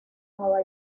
nueva